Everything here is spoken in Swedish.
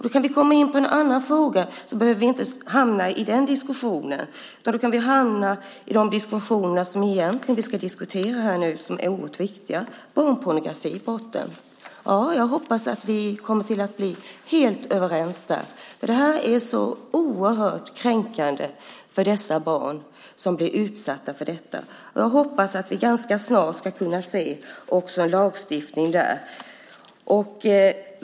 Vi kan gå in på en annan fråga så att vi inte fastnar i här den diskussionen utan kommer in på en diskussion om det som vi egentligen ska diskutera här och som är oerhört viktigt, barnpornografibrotten. Jag hoppas att vi kommer att bli helt överens. Det är så oerhört kränkande för dessa barn som blir utsatta för detta. Jag hoppas att vi ganska snart ska kunna se en lagstiftning där.